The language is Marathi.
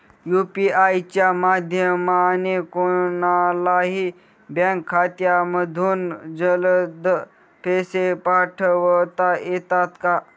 यू.पी.आय च्या माध्यमाने कोणलाही बँक खात्यामधून जलद पैसे पाठवता येतात का?